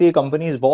companies